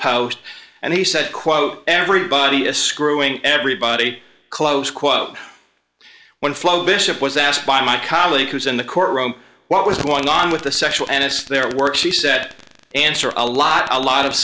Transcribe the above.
d and he said quote everybody is screwing everybody close quote when flow bishop was asked by my colleague who's in the courtroom what was going on with the sexual and it's their work she said answer a lot a lot of